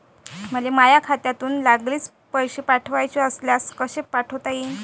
मले माह्या खात्यातून लागलीच पैसे पाठवाचे असल्यास कसे पाठोता यीन?